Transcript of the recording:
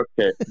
Okay